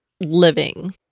living